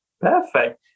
Perfect